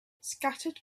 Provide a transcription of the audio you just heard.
scattered